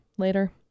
later